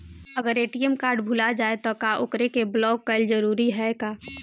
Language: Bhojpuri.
अगर ए.टी.एम कार्ड भूला जाए त का ओकरा के बलौक कैल जरूरी है का?